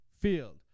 Field